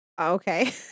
Okay